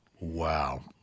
Wow